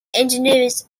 engineers